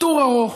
טור ארוך,